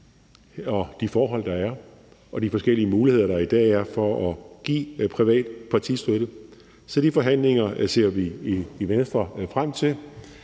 af de forhold, der er, og af de forskellige muligheder, der i dag er for at give privat partistøtte. Så de forhandlinger ser vi i Venstre frem til,